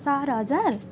चार हजार